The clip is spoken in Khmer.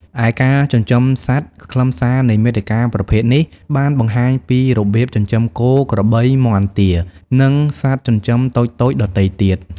ឯការចិញ្ចឹមសត្វ ខ្លឹមសារនៃមាតិកាប្រភេទនេះ បានបង្ហាញពីរបៀប ចិញ្ចឹមគោ ក្របី មាន់ ទា និងសត្វចិញ្ចឹមតូចៗដទៃទៀត។